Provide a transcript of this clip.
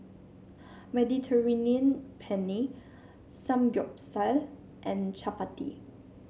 Mediterranean Penne Samgyeopsal and Chapati